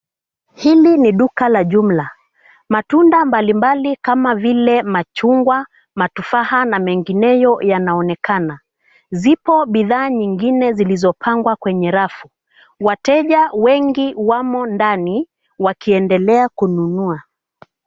Hili ni duka la jumla. Matunda mbali mbali kama vile machungwa, matufaha na mengineyo yanaonekana. Zipo bidhaa nyingine zilizopangwa kwenye rafu. Wateja wengi wamo ndani wakiendelea kununua.